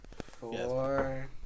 Four